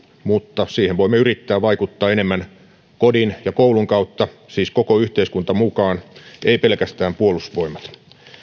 mutta siihen voimme yrittää vaikuttaa enemmän kodin ja koulun kautta siis koko yhteiskunta mukaan ei pelkästään puolustusvoimat